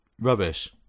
rubbish